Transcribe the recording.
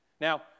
Now